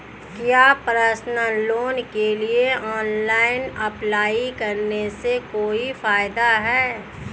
क्या personal loan के लिए ऑनलाइन अप्लाई करने से कोई फायदा है?